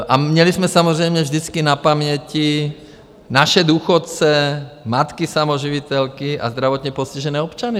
A měli jsme samozřejmě vždycky na paměti naše důchodce, matky samoživitelky a zdravotně postižené občany.